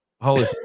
Holy